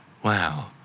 Wow